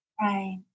Right